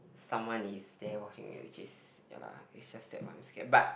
someone is there watching me which is ya lah it's just that I am scared but